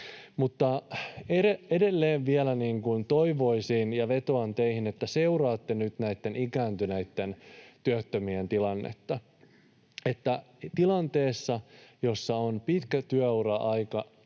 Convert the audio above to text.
Mutta edelleen vielä toivoisin ja vetoan teihin, että seuraatte nyt näitten ikääntyneitten työttömien tilannetta: tilanteessa, jossa on pitkä työura takana